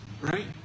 Right